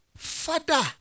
Father